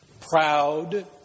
proud